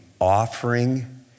offering